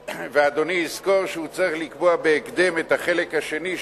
ואדוני יזכור שהוא צריך לקבוע בהקדם את הדיון בחלק השני,